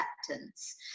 acceptance